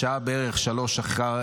השעה בערך 15:00,